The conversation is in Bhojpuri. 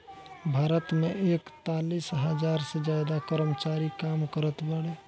भारत मे एकतालीस हज़ार से ज्यादा कर्मचारी काम करत बाड़े